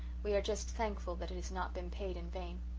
we are just thankful that it has not been paid in vain.